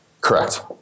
Correct